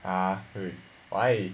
ah wait why